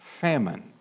famine